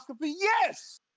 Yes